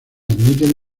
admiten